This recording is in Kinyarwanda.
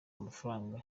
amafaranga